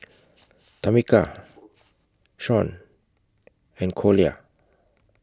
Tamica Shaun and Collier